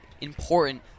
important